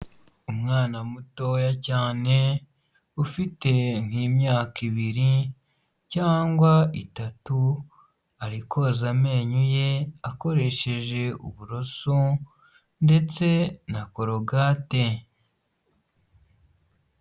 Umwana mutoya cyane, ufite nk'imyaka ibiri cyangwa itatu, ari koza amenyo ye akoresheje uburoso ndetse na korogate.